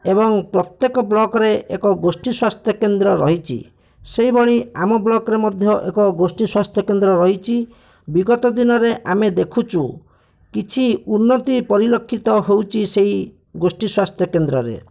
ଏବଂ ପ୍ରତ୍ୟେକ ବ୍ଲକ୍ରେ ଗୋଷ୍ଠୀ ସ୍ଵାସ୍ଥ୍ୟକେନ୍ଦ୍ର ରହିଛି ସେହିଭଳି ଆମ ବ୍ଲକ୍ରେ ମଧ୍ୟ ଗୋଷ୍ଠୀ ସ୍ଵାସ୍ଥ୍ୟକେନ୍ଦ୍ର ମଧ୍ୟ ରହିଛି ବିଗତ ଦିନରେ ଆମେ ଦେଖୁଛୁ କିଛି ଉନ୍ନତି ପରିଲକ୍ଷିତ ହେଉଛି ସେହି ଗୋଷ୍ଠୀ ସ୍ୱାସ୍ଥ୍ୟକେନ୍ଦ୍ରରେ